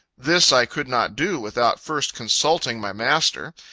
this i could not do, without first consulting my master.